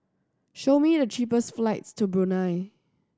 show me the cheapest flights to Brunei